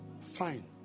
Fine